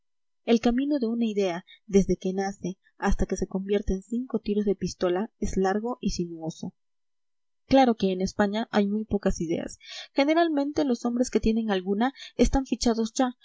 el camino de una idea desde que nace hasta que se convierte en cinco tiros de pistola es largo y sinuoso claro que en españa hay muy pocas ideas generalmente los hombres que tienen alguna están fichados ya